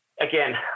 again